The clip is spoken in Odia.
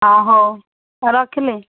ହଁ ହଉ ରଖିଲି